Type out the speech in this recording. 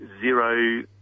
zero